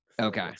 Okay